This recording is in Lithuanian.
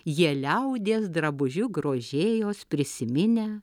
jie liaudies drabužiu grožėjos prisiminę